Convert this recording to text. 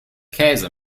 käse